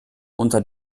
unter